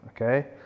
okay